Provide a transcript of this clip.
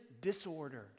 disordered